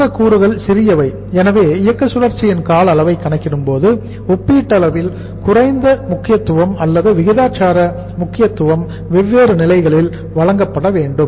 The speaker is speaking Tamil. மற்ற கூறுகள் சிறியவை எனவே இயக்க சுழற்சியின் கால அளவை கணக்கிடும் போது ஒப்பீட்டளவில் குறைந்த முக்கியத்துவம் அல்லது விகிதாச்சார முக்கியத்துவம் வெவ்வேறு நிலைகளில் வழங்கப்படவேண்டும்